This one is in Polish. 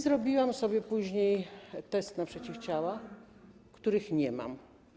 Zrobiłam sobie późnej test na przeciwciała, których nie mam.